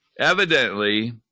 Evidently